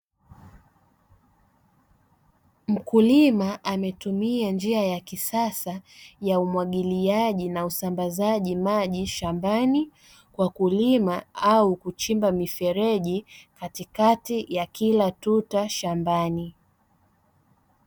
Mkulima ametumia njia ya kisasa ya umwagiliaji na usambazaji maji shambani kwa kulima au kuchimba mifereji katikati ya kila tuta shambani.